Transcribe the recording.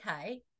okay